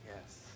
Yes